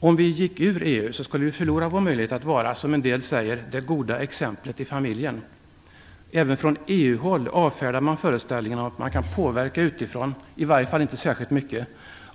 Om vi gick ur EU skulle vi förlora vår möjlighet att, som en del säger, vara det goda exemplet i familjen. Även från EU-håll avfärdas föreställningen att man kan påverka utifrån, i alla fall särskilt mycket.